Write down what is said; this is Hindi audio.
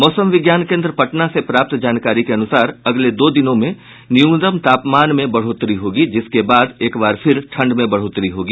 मौसम विज्ञान केन्द्र पटना से प्राप्त जानकारी के अनुसार अगले दो दिनों में न्यूनतम तापमान में बढ़ोतरी होगी जिसके बाद एक बार फिर ठंड में बढ़ोत्तरी होगी